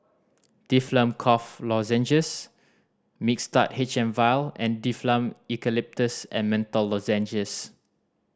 Difflam Cough Lozenges Mixtard H M Vial and Difflam Eucalyptus and Menthol Lozenges